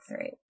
right